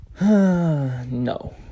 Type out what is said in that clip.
no